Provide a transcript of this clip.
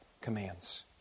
commands